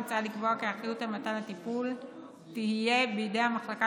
מוצע לקבוע כי האחריות על מתן הטיפול תהיה בידי המחלקה